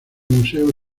museo